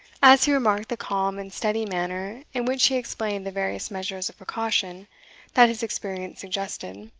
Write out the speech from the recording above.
as he remarked the calm and steady manner in which he explained the various measures of precaution that his experience suggested,